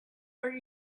are